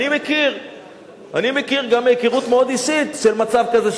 אני מכיר גם מהיכרות מאוד אישית מצב כזה,